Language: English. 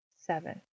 seven